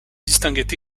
distinguait